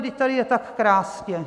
Vždyť tady je tak krásně.